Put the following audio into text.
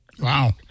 Wow